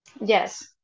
Yes